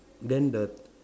then the